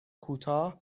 کوتاه